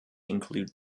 include